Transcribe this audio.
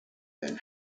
than